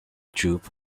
troupe